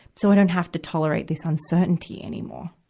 so i don't have to tolerate this uncertainty anymore,